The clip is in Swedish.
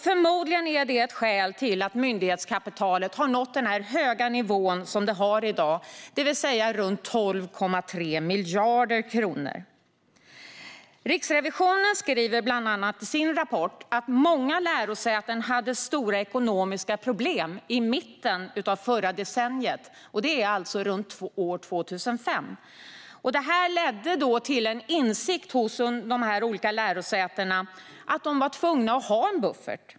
Förmodligen är det ett skäl till att myndighetskapitalet har nått den höga nivå som det har i dag, det vill säga runt 12,3 miljarder kronor. Riksrevisionen skriver bland annat i sin rapport att många lärosäten hade stora ekonomiska problem i mitten av förra decenniet, alltså runt 2005. Det ledde till insikten hos dessa olika lärosäten att de var tvungna att ha en buffert.